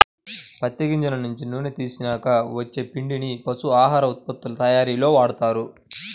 పత్తి గింజల నుంచి నూనెని తీసినాక వచ్చే పిండిని పశువుల ఆహార ఉత్పత్తుల తయ్యారీలో వాడతారు